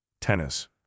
tennis